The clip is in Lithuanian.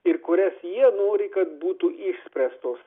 ir kurias jie nori kad būtų išspręstos